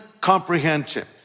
comprehension